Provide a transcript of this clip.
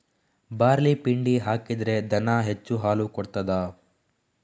Barley ಪಿಂಡಿ ಹಾಕಿದ್ರೆ ದನ ಹೆಚ್ಚು ಹಾಲು ಕೊಡ್ತಾದ?